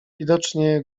widocznie